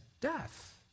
death